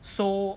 so